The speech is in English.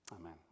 Amen